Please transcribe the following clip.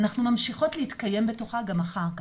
אנחנו ממשיכות להתקיים בתוכה גם אחר כך.